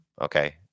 okay